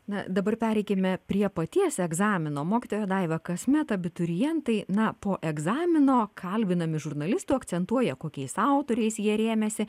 na dabar pereikime prie paties egzamino mokytoja daiva kasmet abiturientai na po egzamino kalbinami žurnalistų akcentuoja kokiais autoriais jie rėmėsi